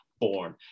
born